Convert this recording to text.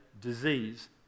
disease